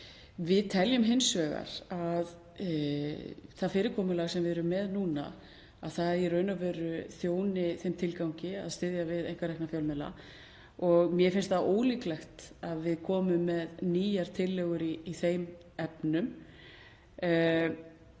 Við teljum hins vegar að það fyrirkomulag sem við erum með núna þjóni þeim tilgangi að styðja við einkarekna fjölmiðla og mér finnst ólíklegt að við komum með nýjar tillögur í þeim efnum